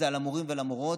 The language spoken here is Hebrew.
על המורים והמורות,